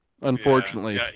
unfortunately